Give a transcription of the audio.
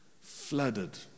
flooded